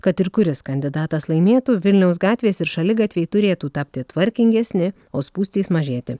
kad ir kuris kandidatas laimėtų vilniaus gatvės ir šaligatviai turėtų tapti tvarkingesni o spūstys mažėti